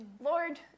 Lord